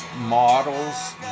models